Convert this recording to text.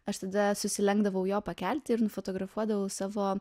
aš tada susilenkdavau jo pakelti ir nufotografuodavau savo